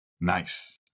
nice